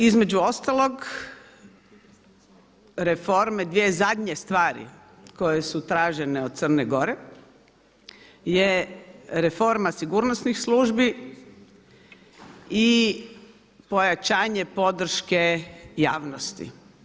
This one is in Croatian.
Između ostalog reforme, dvije zadnje stvari koje su tražene od Crne Gore je reforma sigurnosnih službi i pojačanje podrške javnosti.